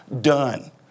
Done